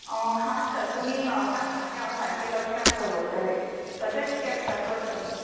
हां सर तुमी सांगलां तें हांव सारकें लक्षान दवरतलें तशेंच करता करता सर